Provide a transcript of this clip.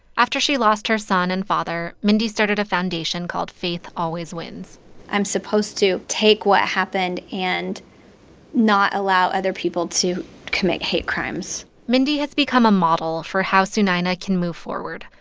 after she lost her son and father, mindy started a foundation called faith always wins i'm supposed to take what happened and not allow other people to commit hate crimes mindy has become a model for how sunayana can move forward.